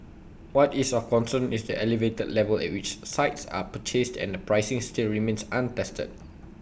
what is of concern is the elevated level at which sites are purchased and the pricing still remains untested